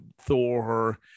Thor